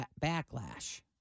backlash